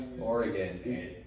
Oregon